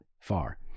far